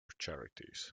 charities